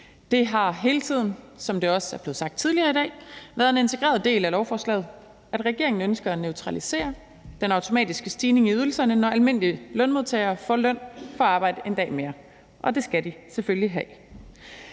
Det har hele tiden, som det også er blevet sagt tidligere i dag, været en integreret del af lovforslaget, at regeringen ønsker at neutralisere den automatiske stigning i ydelserne, når almindelige lønmodtagere får løn for at arbejde en dag mere, og det skal de selvfølgelig have.